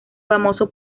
famoso